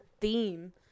theme